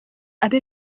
abe